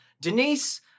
Denise